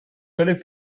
völlig